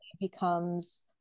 becomes